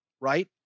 right